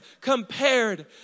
compared